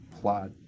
plot